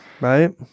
right